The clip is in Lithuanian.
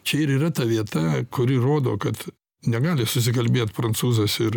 čia ir yra ta vieta kuri rodo kad negali susikalbėt prancūzas ir